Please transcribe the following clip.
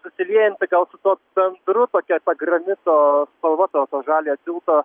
susiliejanti gal su tuo bendru tokia ta granito spalva to to žaliojo tilto